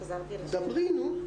כי יש פער בין מה שקורה בשטח לדברים.